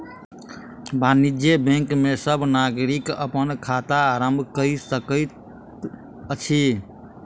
वाणिज्य बैंक में सब नागरिक अपन खाता आरम्भ कय सकैत अछि